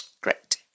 Great